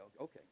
okay